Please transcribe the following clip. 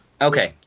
Okay